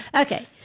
Okay